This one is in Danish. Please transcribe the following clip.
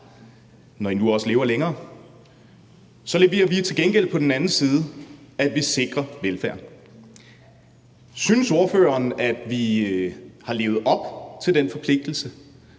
når I nu også lever længere, så leverer vi til gengæld på, at vi sikrer velfærden. Synes ordføreren, at vi har levet op til den forpligtelse?